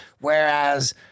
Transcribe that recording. Whereas